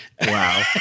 Wow